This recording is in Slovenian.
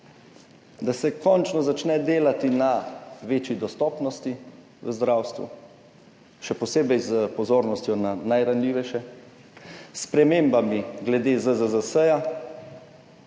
da se končno začne delati na večji dostopnosti v zdravstvu, še posebej pozorno glede najranljivejših, s spremembami glede ZZZS,